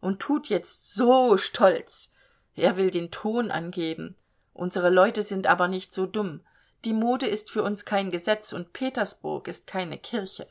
und tut jetzt so stolz er will den ton angeben unsere leute sind aber nicht so dumm die mode ist für uns kein gesetz und petersburg keine kirche